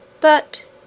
But